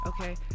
Okay